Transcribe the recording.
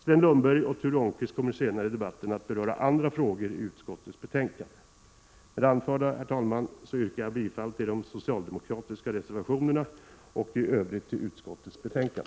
Sven Lundberg och Ture Ångqvist kommer senare i debatten att beröra andra frågor som behandlas i utskottets betänkande. Med det anförda, herr talman, yrkar jag bifall till de socialdemokratiska reservationerna och i övrigt till utskottets hemställan.